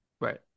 right